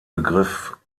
begriff